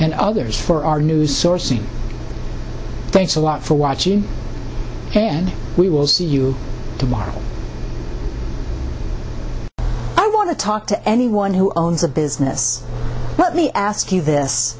and others for our news source thanks a lot for watching and we will see you tomorrow i want to talk to anyone who owns a business let me ask you this